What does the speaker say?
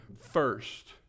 first